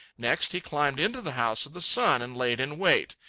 next he climbed into the house of the sun and laid in wait.